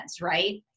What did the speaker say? right